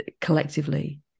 collectively